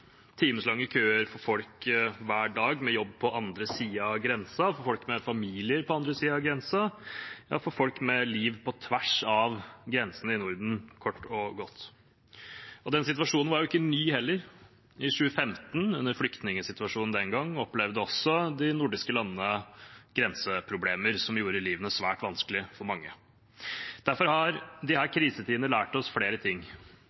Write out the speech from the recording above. køer for folk hver dag med jobb på andre siden av grensen, for folk med familier på andre sida av grensen, for folk med liv på tvers av grensene i Norden, kort og godt. Den situasjonen var ikke ny heller. I 2015, under flyktningsituasjonen den gang, opplevde også de nordiske landene grenseproblemer som gjorde livet svært vanskelig for mange. Derfor har disse krisetidene lært oss flere ting.